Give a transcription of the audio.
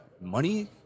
money